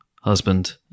husband